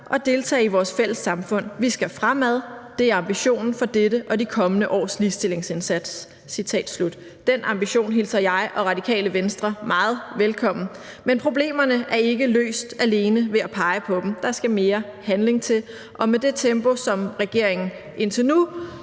og deltage i vores fælles samfund. Vi skal fremad. Det er ambitionen for dette og de kommende års ligestillingsindsats.« Kl. 14:57 Den ambition hilser jeg og Radikale Venstre meget velkommen, men problemerne er ikke løst alene ved at pege på dem; der skal mere handling til. Og med det tempo, som regeringen indtil nu